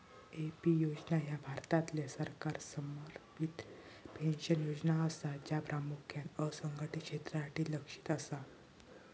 AP योजना ह्या भारतातल्या सरकार समर्थित पेन्शन योजना असा, ज्या प्रामुख्यान असंघटित क्षेत्रासाठी लक्ष्यित असा